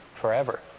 forever